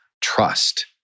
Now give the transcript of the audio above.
trust